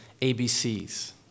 ABCs